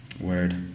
Word